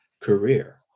career